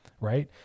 right